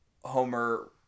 homer